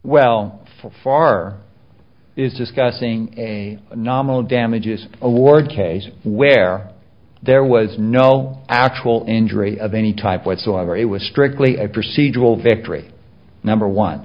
for far is discussing a nominal damages award case where there was no actual injury of any type whatsoever it was strictly a procedural victory number one